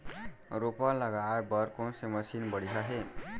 रोपा लगाए बर कोन से मशीन बढ़िया हे?